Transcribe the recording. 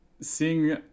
seeing